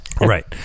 Right